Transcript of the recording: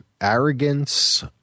arrogance